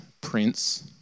prince